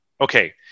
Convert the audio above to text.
okay